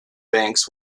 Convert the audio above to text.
banks